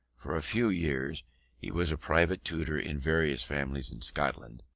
for a few years he was a private tutor in various families in scotland,